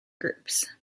groups